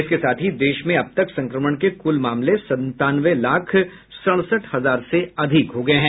इसके साथ ही देश में अब तक संक्रमण के कुल मामले संतानवे लाख सड़सठ हजार से अधिक हो गए हैं